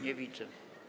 Nie widzę.